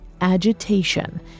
agitation